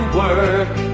work